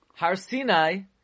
Harsinai